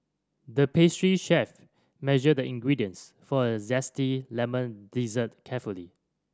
the pastry chef measured the ingredients for a zesty lemon dessert carefully